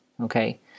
okay